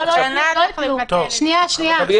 אני לא מכיר ולא יכול להתייחס למקרים כאלה ואחרים.